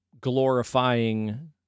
glorifying